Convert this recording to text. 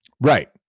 Right